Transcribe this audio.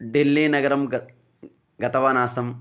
डेल्लीनगरं ग गतवान् आसं